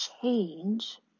change